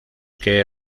que